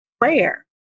prayer